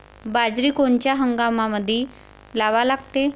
बाजरी कोनच्या हंगामामंदी लावा लागते?